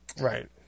Right